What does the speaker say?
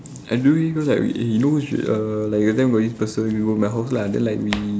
I don't really know like eh you you know should err like that got this person we were in my house lah then like we